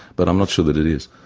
but i'm not sure that it is.